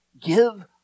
give